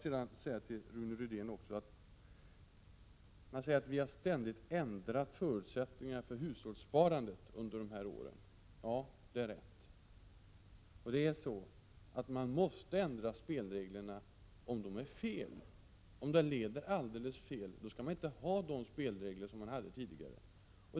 Rune Rydén säger att vi har ständigt ändrat förutsättningarna för hushållssparandet under dessa år. Ja, det är rätt. Man måste ändra spelreglerna om de är felaktiga. Om reglerna leder alldeles fel skall man inte ha de spelregler man hade tidigare.